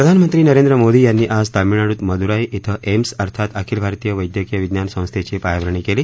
प्रधानमंत्री नरेंद्र मोदी यांनी आज तामिळनाडूत मदुराई श्व एम्स अर्थात आखिल भारतीय वैद्यकीय विज्ञान संस्थेची पायाभरणी केली